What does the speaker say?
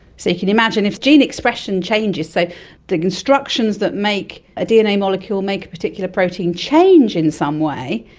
so you can imagine if gene expression changes, so the constructions that make a dna molecule make a particular protein change in some way,